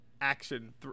action